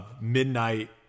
Midnight